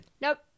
Nope